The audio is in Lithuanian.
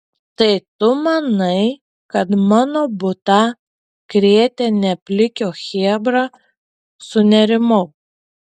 tai tu manai kad mano butą krėtė ne plikio chebra sunerimau